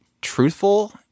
truthful